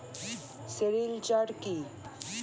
Sericulture কি?